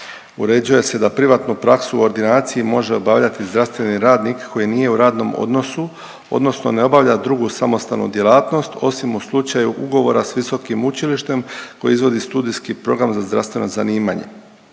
Uređuje se da privatnu praksu u ordinaciji može obavljati zdravstveni radnik koji nije u radnom odnosu odnosno ne obavlja drugu samostalnu djelatnost osim u slučaju ugovora s visokim učilištem koji izvodi studijski program za zdravstvena zanimanja.